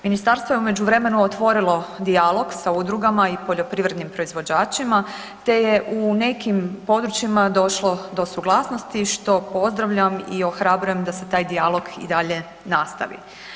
Ministarstvo je u međuvremenu otvorilo dijalog sa udrugama i poljoprivrednim proizvođačima te je u nekim područjima došlo do suglasnosti što pozdravljam i ohrabrujem da se taj dijalog i dalje nastavi.